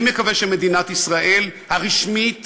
אני מקווה שמדינת ישראל הרשמית